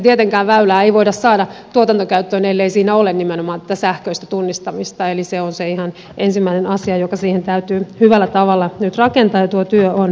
tietenkään väylää ei voida saada tuotantokäyttöön ellei siinä ole nimenomaan tätä sähköistä tunnistamista eli se on se ihan ensimmäinen asia joka siihen täytyy hyvällä tavalla nyt rakentaa ja tuo työ on meneillään